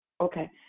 Okay